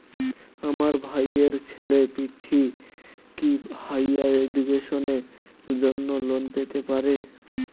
আমার ভাইয়ের ছেলে পৃথ্বী, কি হাইয়ার এডুকেশনের জন্য লোন পেতে পারে?